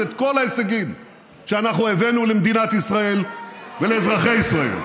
את כל ההישגים שאנחנו הבאנו למדינת ישראל ולאזרחי ישראל.